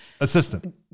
assistant